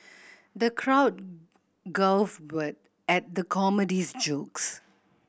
the crowd guffawed at the comedian's jokes